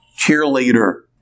cheerleader